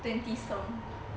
twenties song